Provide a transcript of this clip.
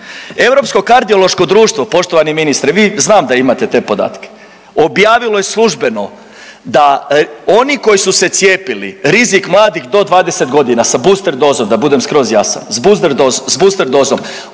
Europsko kardiološko društvo poštovani ministre, vi znam da imate te podatke, objavilo je službeno da oni koji su se cijepili rizik mladih do 20 godina sa booster dozom da budem skroz jasan s booster dozom